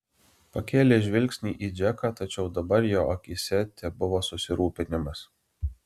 pakėlė žvilgsnį į džeką tačiau dabar jo akyse tebuvo susirūpinimas